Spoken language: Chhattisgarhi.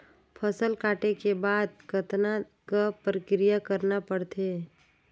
फसल काटे के बाद कतना क प्रक्रिया करना पड़थे?